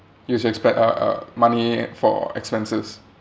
you should expect uh uh money for expenses